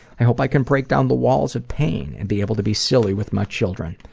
i hope i can break down the walls of pain and be able to be silly with my children.